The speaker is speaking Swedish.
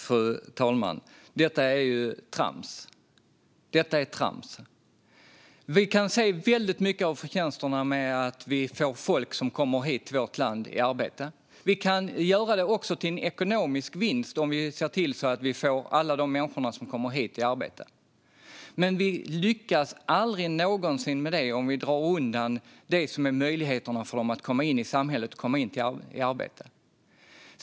Fru talman! Detta är trams. Vi kan se stora förtjänster av att folk som kommer till vårt land kommer i arbete, och vi kan göra det till en ekonomisk vinst om alla människor som kommer hit kommer i arbete. Men vi lyckas aldrig med detta om vi drar undan möjligheterna för dem att komma in i samhället och komma in i arbete.